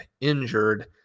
injured